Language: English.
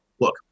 Look